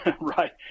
right